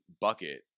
bucket